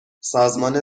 سازمان